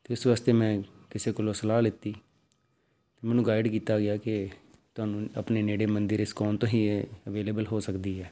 ਅਤੇ ਇਸ ਵਾਸਤੇ ਮੈਂ ਕਿਸੇ ਕੋਲੋਂ ਸਲਾਹ ਲਿੱਤੀ ਮੈਨੂੰ ਗਾਈਡ ਕੀਤਾ ਗਿਆ ਕਿ ਤੁਹਾਨੂੰ ਆਪਣੇ ਨੇੜੇ ਮੰਦੀ ਰਿਸਕੋਨ ਤੋਂ ਹੀ ਇਹ ਅਵੇਲੇਬਲ ਹੋ ਸਕਦੀ ਹੈ